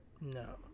no